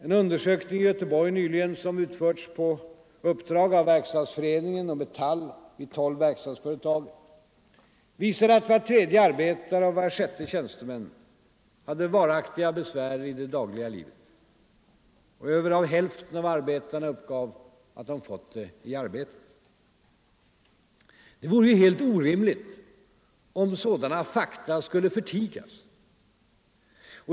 En undersökning i Göteborg nyligen, som utförts på uppdrag av Verkstadsföreningen och Metall vid tolv verkstadsföretag, visar att var tredje arbetare och var sjätte tjänsteman har varaktiga besvär i det dagliga livet. Över hälften av arbetarna uppger att de fått besvären i sitt arbete. Det vore helt orimligt om sådana fakta skulle förtigas.